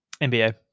NBA